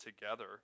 together